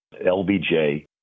LBJ